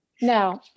No